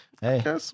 Hey